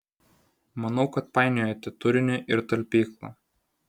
manau kad painiojate turinį ir talpyklą